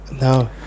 No